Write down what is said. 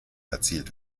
erzielt